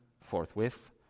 forthwith